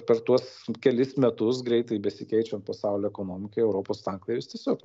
per tuos kelis metus greitai besikeičiant pasaulio ekonomikai europos tanklaivis tiesiog